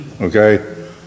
okay